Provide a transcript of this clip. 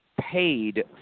paid